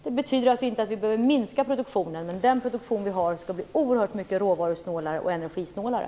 Vi behöver inte minska produktionen, men den produktion vi har skall bli oerhört mycket råvarusnålare och energisnålare.